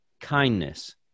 kindness